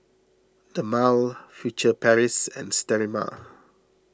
Dermale Furtere Paris and Sterimar